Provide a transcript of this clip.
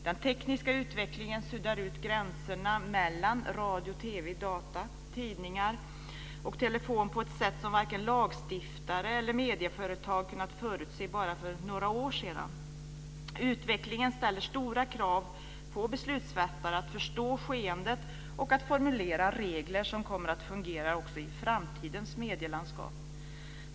Den tekniska utvecklingen suddar ut gränserna mellan radio, TV, data, tidningar och telefon på ett sätt som varken lagstiftare eller medieföretag kunnat förutse bara för några år sedan. Utvecklingen ställer stora krav på beslutsfattare att förstå skeendet och att formulera regler som kommer att fungera också i framtidens medielandskap.